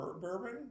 Bourbon